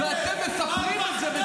אם אתה מחפש, הפחדן הזה.